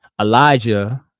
Elijah